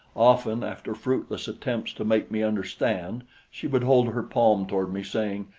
often after fruitless attempts to make me understand she would hold her palm toward me, saying,